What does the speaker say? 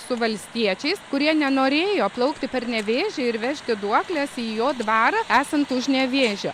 su valstiečiais kurie nenorėjo plaukti per nevėžį ir vežti duokles į jo dvarą esant už nevėžio